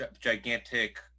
gigantic